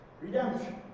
redemption